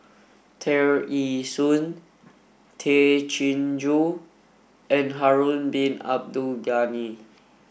Tear Ee Soon Tay Chin Joo and Harun bin Abdul Ghani